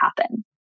happen